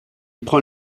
prend